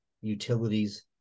utilities